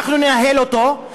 אנחנו ננהל אותו,